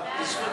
ההצעה